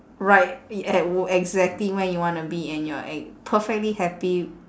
right e~ ex~ exactly where you wanna be and you're ex~ perfectly happy